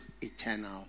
eternal